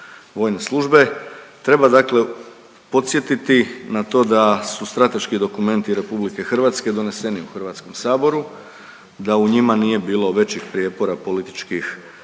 vojne službe, treba dakle podsjetiti na to da su strateški dokumenti RH doneseni u Hrvatskom saboru, da u njima nije bilo većih prijepora političkih